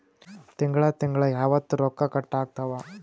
ತಿಂಗಳ ತಿಂಗ್ಳ ಯಾವತ್ತ ರೊಕ್ಕ ಕಟ್ ಆಗ್ತಾವ?